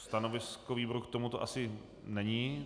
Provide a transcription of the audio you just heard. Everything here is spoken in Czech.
Stanovisko výboru k tomuto asi není.